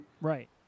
Right